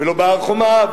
ולא בהר-חומה,